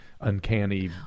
uncanny